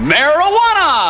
Marijuana